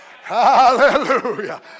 Hallelujah